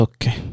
Okay